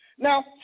Now